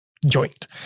Joint